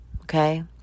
okay